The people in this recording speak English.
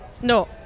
No